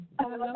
Hello